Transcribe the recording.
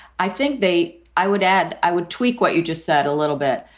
i think they i would add i would tweak what you just said a little bit.